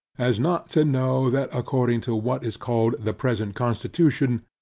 as not to know, that according to what is called the present constitution,